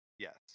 Yes